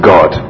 God